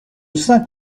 cinq